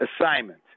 assignment